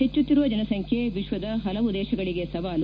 ಹೆಚ್ಚುತ್ತಿರುವ ಜನಸಂಖ್ಯೆ ವಿಶ್ವದ ಹಲವು ದೇಶಗಳಿಗೆ ಸವಾಲು